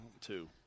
Two